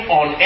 on